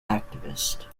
activist